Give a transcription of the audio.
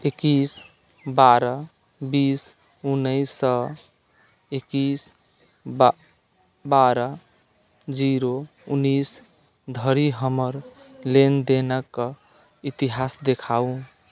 एकैस बारह बीस उन्नैस सँ एकैस बारह जीरो उन्नैस धरि हमर लेनदेनके इतिहास देखाउ